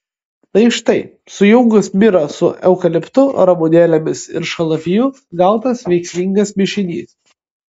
tai štai sujungus mirą su eukaliptu ramunėlėmis ir šalaviju gautas veiksmingas mišinys